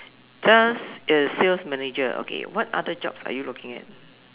just a sales manager okay what other job are you looking at